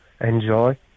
enjoy